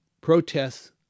protests